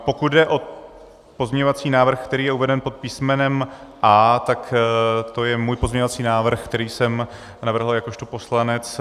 Pokud jde o pozměňovací návrh, který je uveden pod písmenem A, tak to je můj pozměňovací návrh, který jsem navrhl jakožto poslanec.